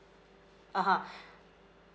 (uh huh)